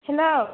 hello